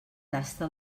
tasta